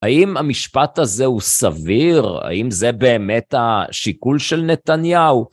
האם המשפט הזה הוא סביר? האם זה באמת השיקול של נתניהו?